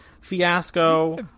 fiasco